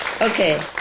Okay